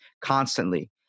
constantly